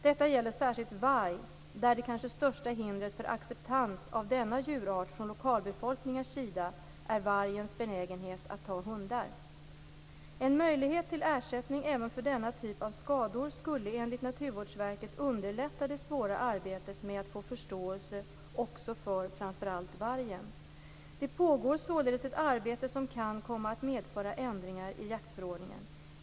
Detta gäller särskilt varg, där det kanske största hindret för acceptans av denna djurart från lokalbefolkningens sida är vargens benägenhet att ta hundar. En möjlighet till ersättning även för denna typ av skador skulle enligt Naturvårdsverket underlätta det svåra arbetet med att få förståelse också för framför allt vargen. Det pågår således ett arbete som kan komma att medföra ändringar i jaktförordningen.